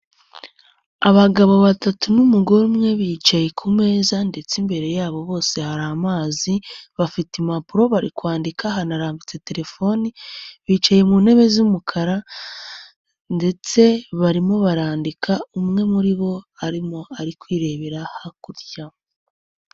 Abagabo batatu n'umugore umwe bicaye ku meza ndetse imbere yabo bose hari amazi, bafite impapuro bari kwandika, hanarambitse telefoni, bicaye mu ntebe z'umukara ndetse barimo barandika umwe muri bo arimo ari kwirebera hakurya.